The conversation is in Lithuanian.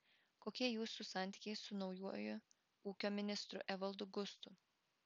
kokie jūsų santykiai su naujuoju ūkio ministru evaldu gustu